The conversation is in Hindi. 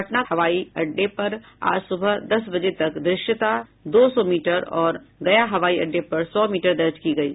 पटना हवाई अड्डे पर आज सुबह दस बजे तक दृश्यता दो सौ मीटर और गया हवाई अड्डे पर सौ मीटर दर्ज की गयी